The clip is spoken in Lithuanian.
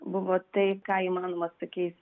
buvo tai ką įmanoma su tokiais